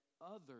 others